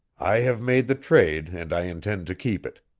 i have made the trade, and i intend to keep it.